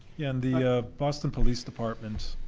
in the boston police department,